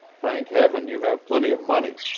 thank heaven, you have plenty of money!